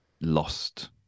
lost